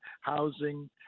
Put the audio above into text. housing